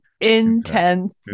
intense